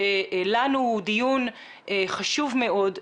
שהוא חשוב לנו מאוד,